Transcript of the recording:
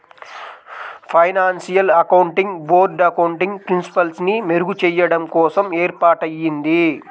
financial accounting board accounting ప్రిన్సిపల్స్ని మెరుగుచెయ్యడం కోసం ఏర్పాటయ్యింది